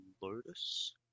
Lotus